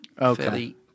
Okay